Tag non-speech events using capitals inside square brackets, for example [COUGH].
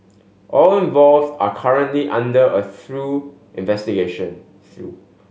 all involved are currently under a through investigation [UNINTELLIGIBLE]